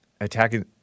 attacking